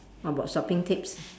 what about shopping tips